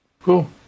Cool